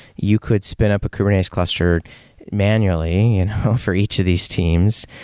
you could spit up a kubernetes cluster manually and for each of these teams,